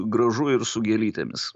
gražu ir su gėlytėmis